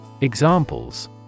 Examples